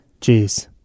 Jeez